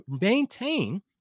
maintain